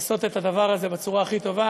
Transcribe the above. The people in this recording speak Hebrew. לעשות את הדבר הזה בצורה הכי טובה.